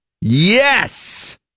Yes